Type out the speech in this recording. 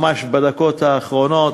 ממש בדקות האחרונות,